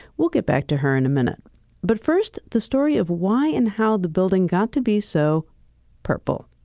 we'll get back to her in a minute but first, the story of why and how the building got to be so purple,